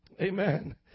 Amen